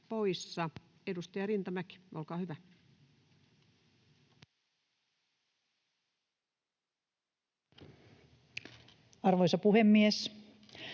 Edustaja Eloranta, olkaa hyvä. Arvoisa puhemies!